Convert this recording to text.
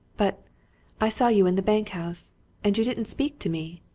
but i saw you in the bank-house and you didn't speak to me!